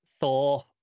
Thor